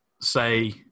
say